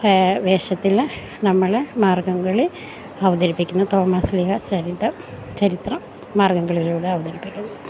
വേഷത്തിൽ നമ്മൾ മാർഗ്ഗംകളി അവതരിപ്പിക്കുന്നു തോമാശ്ലീഹാ ചരിതം ചരിത്രം മാർഗ്ഗംകളിയിലൂടെ അവതരിപ്പിക്കുന്നു